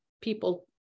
people